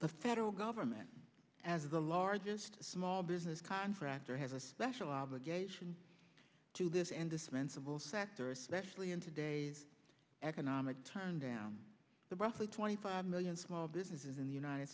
the federal government as the largest small business contractor has a special obligation to this and dispensable sector especially in today's economic turndown the roughly twenty five million small businesses in the united